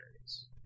areas